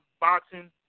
boxing